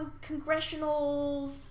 congressional